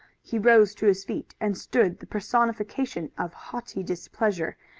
he rose to his feet, and stood the personification of haughty displeasure,